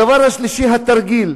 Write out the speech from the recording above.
הדבר השלישי, התרגיל.